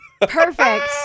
Perfect